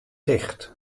ticht